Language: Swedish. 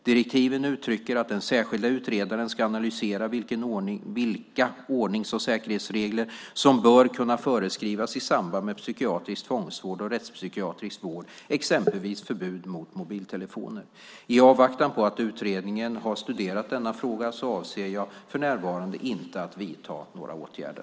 Direktiven uttrycker att den särskilda utredaren ska analysera vilka ordnings och säkerhetsregler som bör kunna föreskrivas i samband med psykiatrisk tvångsvård och rättspsykiatrisk vård, exempelvis förbud mot mobiltelefoner. I avvaktan på att utredningen har studerat denna fråga avser jag för närvarande inte att vidta några åtgärder.